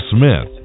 Smith